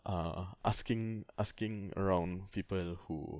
err asking asking around people who